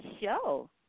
show